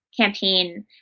campaign